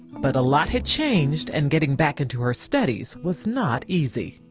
but a lod had changed and getting back and to our studies was not easy.